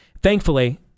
Thankfully